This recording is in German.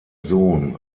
sohn